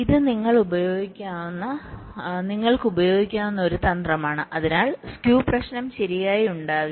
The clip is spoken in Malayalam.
ഇത് നിങ്ങൾക്ക് ഉപയോഗിക്കാവുന്ന ഒരു തന്ത്രമാണ് അതിനാൽ സ്ക്യൂ പ്രശ്നം ശരിയായി ഉണ്ടാകില്ല